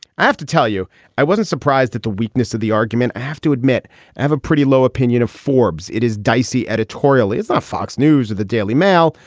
i have to tell you i wasn't surprised at the weakness of the argument. i have to admit i have a pretty low opinion of forbes. it is dicey editorial is that fox news or the daily mail.